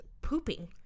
pooping